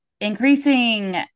increasing